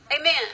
Amen